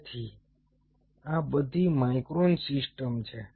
તેથી આ બધી માઇક્રો સિસ્ટમ્સ છે